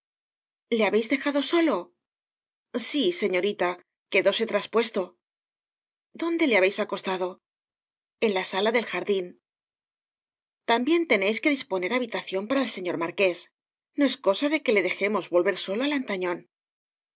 le habéis dejado solo sí señorita quedóse traspuesto dónde le habéis acostado en la sala del jardín también tenéis que disponer habita ciones piara el señor marqués no es cosa de que le dejemos volver solo á lantañón